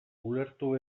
ulertu